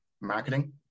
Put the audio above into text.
marketing